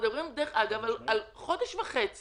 דרך אגב, אנחנו מדברים על חודש וחצי,